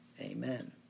Amen